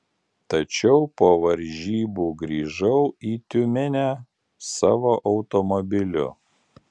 tačiau po varžybų grįžau į tiumenę savo automobiliu